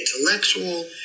intellectual